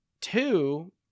Two